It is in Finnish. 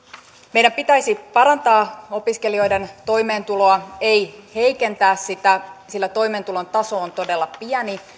meidän pitäisi parantaa opiskelijoiden toimeentuloa ei heikentää sitä sillä toimeentulon taso on todella pieni